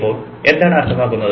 ഇപ്പോൾ എന്താണ് അർത്ഥമാക്കുന്നത്